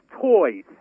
toys